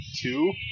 two